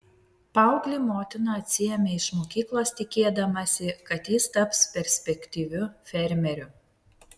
paauglį motina atsiėmė iš mokyklos tikėdamasi kad jis taps perspektyviu fermeriu